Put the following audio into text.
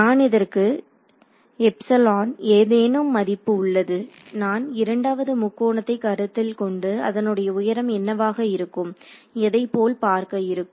நாம் இதற்கு ஏதேனும் மதிப்பு உள்ளது நான் இரண்டாவது முக்கோணத்தை கருத்தில்கொண்டு அதனுடைய உயரம் என்னவாக இருக்கும் எதைப் போல் பார்க்க இருக்கும்